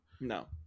No